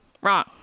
Wrong